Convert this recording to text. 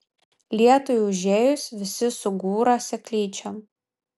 lietui užėjus visi sugūra seklyčion